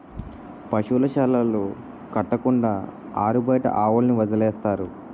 పశువుల శాలలు కట్టకుండా ఆరుబయట ఆవుల్ని వదిలేస్తారు